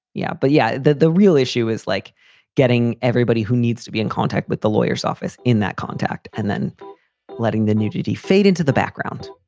yeah. but yeah, the the real issue is like getting everybody who needs to be in contact with the lawyers office in that contact and then letting the nudity fade into the background,